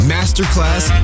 Masterclass